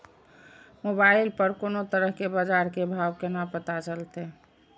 Mobile पर कोनो तरह के बाजार के भाव केना पता चलते?